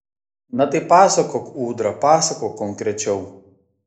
na tai pasakok ūdra pasakok konkrečiau